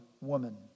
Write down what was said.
woman